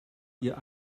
ihr